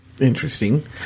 Interesting